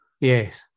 Yes